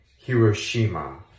Hiroshima